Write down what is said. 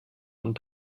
und